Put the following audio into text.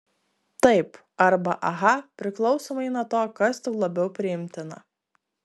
taip arba aha priklausomai nuo to kas tau labiau priimtina